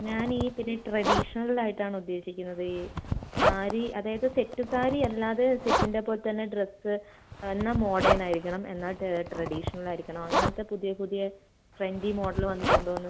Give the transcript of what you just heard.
ഞാൻ ഈ ഇത്തിരി ട്രഡീഷണൽ ആയിട്ടാണ് ഉദ്ദേശിക്കുന്നത് ഈ സാരി അതായത് സെറ്റ് സാരി അല്ലാതെ സെറ്റിൻ്റെ പോലത്തന്നെ ഡ്രസ്സ് എന്നാൽ മോഡേൺ ആയിരിക്കണം എന്നാൽ ട്രഡീഷണൽ ആയിരിക്കണം അങ്ങനത്തെ പുതിയ പുതിയ ട്രെൻഡി മോഡൽ വന്നിട്ട് ഉണ്ടോന്ന്